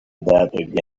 that